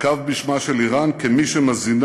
נקב בשמה של איראן כמי שמזינה